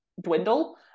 dwindle